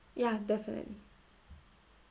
yeah definitely